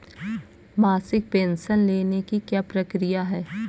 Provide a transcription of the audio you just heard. मासिक पेंशन लेने की क्या प्रक्रिया है?